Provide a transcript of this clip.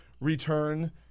return